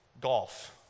golf